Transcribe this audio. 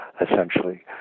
essentially